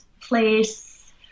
place